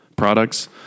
products